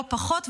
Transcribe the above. לא פחות,